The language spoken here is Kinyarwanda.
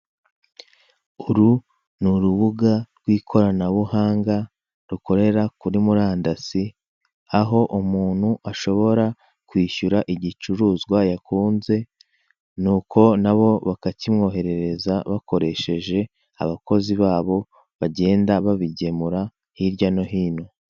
Uru ni urubuga rw'ikoranabuhanga rikorera kuri murandasi aho umuntu ashobora kwishyura igicuruzwa yakunze ni uko na bo bakakimwoherereza bakoresheje abakozi babo bagenda babigemura hirya no hino.